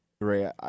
Ray